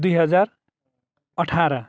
दुई हजार अठार